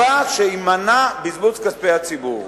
שיימנע בזבוז כספי הציבור.